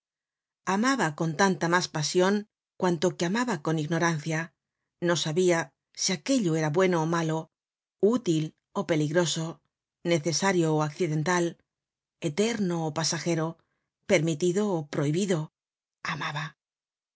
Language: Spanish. amaba con tanta mas pasion cuanto que amaba con ignorancia no sabia si aquello era bueno ó malo útil ó peligroso necesario ó accidental eterno ó pasajero permitido ó prohibido amaba